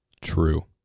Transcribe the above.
True